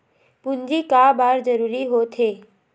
पूंजी का बार जरूरी हो थे?